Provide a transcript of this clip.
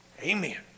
Amen